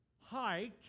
hike